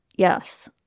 Yes